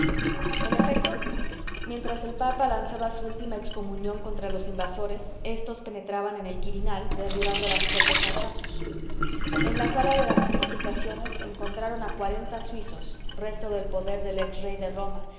en efecto mientras el papa lanzaba su última excomunión contra los invasores éstos penetraban en el quirinal derribando las puertas a hachazos en la sala de las santificaciones encontraron a cuarenta suizos resto del poder del ex rey de roma